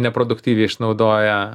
neproduktyviai išnaudoja